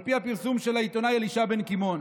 על פי הפרסום של העיתונאי אלישע בן קימון.